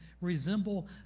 resemble